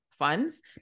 funds